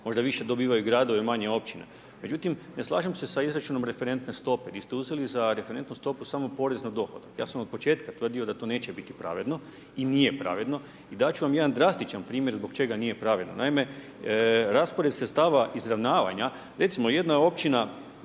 možda više dobivaju gradovi, a manje općine, međutim ne slažem se sa izračunom referentne stope, di ste uzeli za referentnu stopu samo porez na dohodak, ja sam od početka tvrdio da to neće biti pravedno i nije pravedno, i dat ću vam jedan drastičan primjer zbog čega nije pravedno. Naime, raspored sredstava izravnavanje, recimo jedna je općina